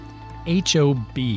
HOB